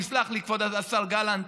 יסלח לי כבוד השר גלנט.